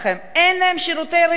אין להם שירותי רפואה.